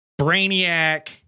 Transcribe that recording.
Brainiac